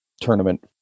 tournament